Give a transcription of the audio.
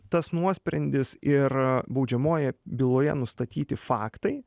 tas nuosprendis ir baudžiamojoje byloje nustatyti faktai